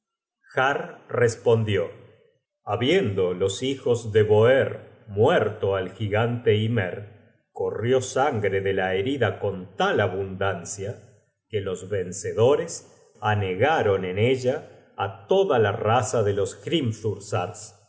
respondió habiendo los hijos de boerr muerto al gigante ymer corrió sangre de la herida con tal abundancia que los vencedores anegaron en ella á toda la raza de los